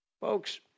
Folks